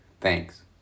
Thanks